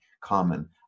common